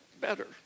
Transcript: better